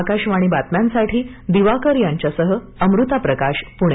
आकाशवाणी बातम्यांसाठी दिवाकर यांच्यासह अमृता प्रकाश पुणे